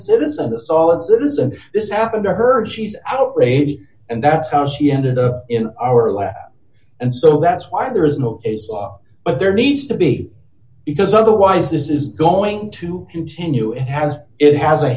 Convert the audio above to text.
it citizen this happened to her she's outraged and that's how she ended up in our lab and so that's why there is no law but there needs to be because otherwise this is going to continue it has it has a